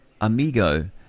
amigo